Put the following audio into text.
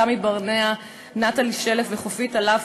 בחומש האחרון,